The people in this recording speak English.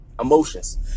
emotions